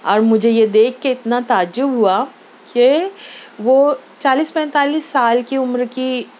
اور مجھے یہ دیکھ کے اتنا تعجب ہُوا کہ وہ چالیس پینتالیس سال کی عمر کی